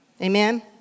Amen